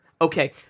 Okay